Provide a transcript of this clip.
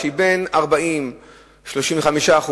שהיא 35%,